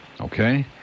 Okay